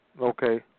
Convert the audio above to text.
Okay